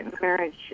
marriage